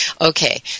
okay